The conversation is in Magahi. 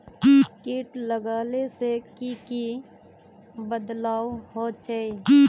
किट लगाले से की की बदलाव होचए?